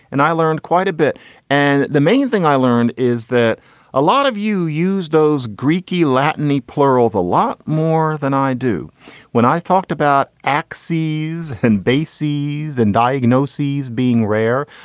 and i learned quite a bit and the main thing i learned is that a lot of you use those greek key latin plurals a lot more than i do when i talked about axes and bases and diagnoses being rare.